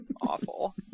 Awful